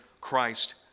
Christ